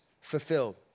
fulfilled